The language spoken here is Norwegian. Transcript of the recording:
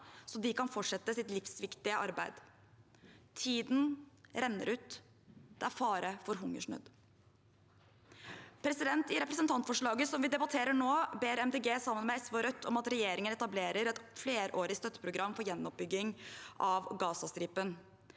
så de kan fortsette sitt livsviktige arbeid. Tiden renner ut. Det er fare for hungersnød. I representantforslaget vi debatterer nå, ber Miljøpartiet De Grønne sammen med SV og Rødt om at regjeringen etablerer et flerårig støtteprogram for gjenoppbygging av Gazastripen.